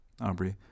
Aubrey